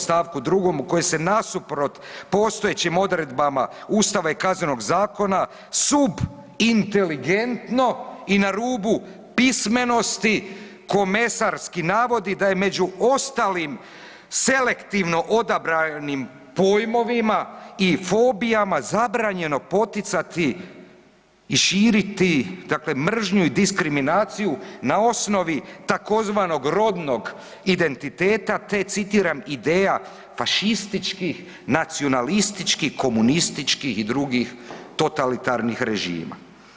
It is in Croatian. Stavku 2. u kojem se nasuprot postojećim odredbama ustava i kaznenog zakona subinteligentno i na rubu pismenosti komesarski navodi da je među ostalim selektivno odabranim pojmovima i fobijama zabranjeno poticati i širiti dakle mržnju i diskriminaciju na osnovi tzv. rodnog identiteta te citiram ideja fašističkih, nacionalističkih, komunističkih i drugih totalitarnih režima.